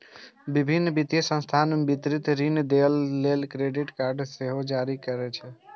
विभिन्न वित्तीय संस्थान त्वरित ऋण देबय लेल क्रेडिट कार्ड सेहो जारी करै छै